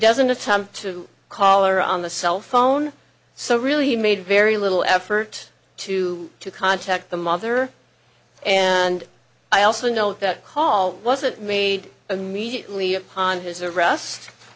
doesn't attempt to call her on the cell phone so really he made very little effort to contact the mother and i also know that call wasn't made immediately upon his a